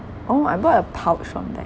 oh I bought a pouch from there